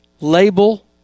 label